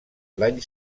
l’any